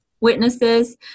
witnesses